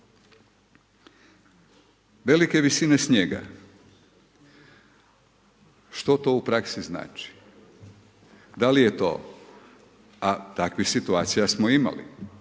Velike visine snijeg, što to u praksi znači? Da li je to, a takvih situacija smo imali,